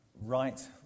right